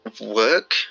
work